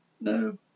No